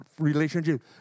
relationship